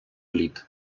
лід